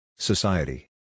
Society